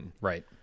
right